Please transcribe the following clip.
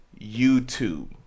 youtube